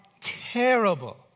terrible